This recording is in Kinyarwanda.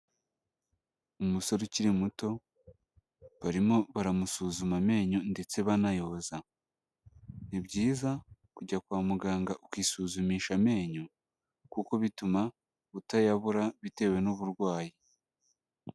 Umusore ukiri muto barimo baramusuzuma amenyo ndetse banayoza ni byiza kujya kwa muganga ukisuzumisha amenyo kuko bituma utayabura bitewe n'uburwayi.